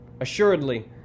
assuredly